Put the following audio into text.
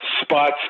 Spots